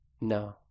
No